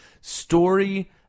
story